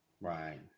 Right